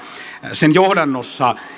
sen johdannossa